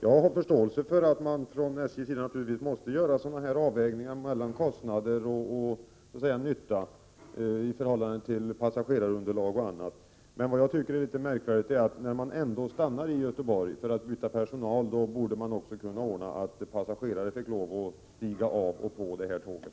Jag har förståelse för att man från SJ:s sida måste göra avvägningar mellan kostnader och nytta i förhållande till passagerarunderlag och annat, men jag tycker att när tåget ändå stannar i Göteborg för att byta personal, så borde man kunna ordna att passagerare fick lov att stiga av och på det tåget.